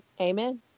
Amen